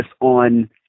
on